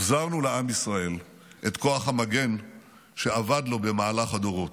החזרנו לעם ישראל את כוח המגן שאבד לו במהלך הדורות.